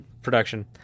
Production